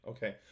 Okay